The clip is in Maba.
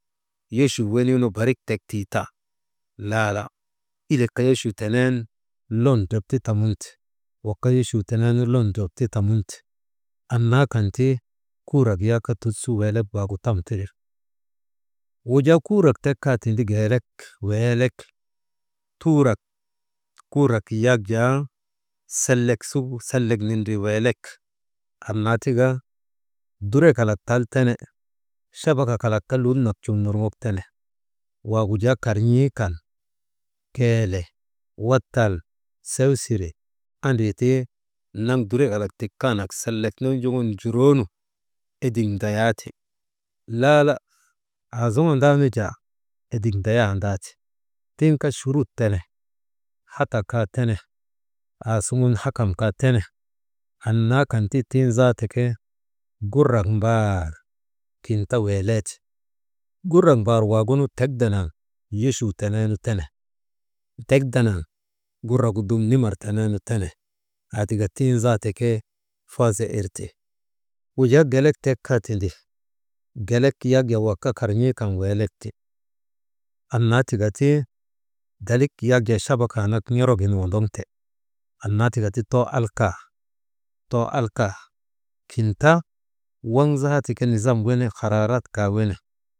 Yochuu wenii nu barik tek tiitan, lala ilek kaa yochuu tenen lon drep ti tamunte, wak kaa yochuu tenen lon drep ti tamunte, annaa kan ti kuurat wak tut su weelek waagu tam tire. Wujaa kurak tek kaa tindi geelek weelek, tuurak kuurak yak jaa «hesitation» sellek nindrii weelek, anna tika durek kalak tal tene, chabakak kalak kaa lul nak cum nurŋok tene, waagu jaa karn̰ii kan keele wattal, sewsire andri ti, naŋ durek kalak tikaanak sellek nondrŋun njuroo nu, edik ndayaa ti laala aazoŋondaa nu jaa, edik ndayandaati, tiŋ kaa churut tene, hata kaa tene aasuŋun hakam kaa tene, annaa kan ti tiŋ zaata ke gurrak mbaar kin ta weeleeti, gurak mbaar waŋ tek danaŋ yochuu tenee nu tene, tek danaŋ gurrak gu dum nimar teneenu tene, aa tika tiŋ zaata ke faaza irte. Wujaa gelek tek kaa tindi, gelek yk jaa wak kaa karn̰ii kan weelek ti, annaa tika ti dalik yak jaa chabakaa nak n̰orogin wondoŋte annaa tika ti, too alka, too alka, kin ta waŋ zaata ke nizam wene haraarat kaa wene.